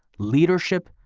leadership,